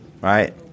right